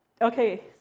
Okay